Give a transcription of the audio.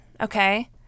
okay